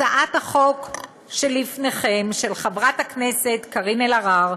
הצעת החוק שלפניכם, של חברת הכנסת קארין אלהרר,